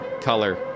color